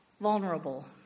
vulnerable